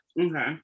Okay